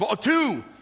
two